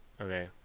Okay